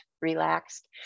relaxed